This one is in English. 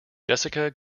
jessica